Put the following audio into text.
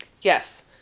Yes